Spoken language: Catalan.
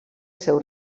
seu